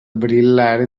brillare